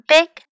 Big